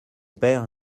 père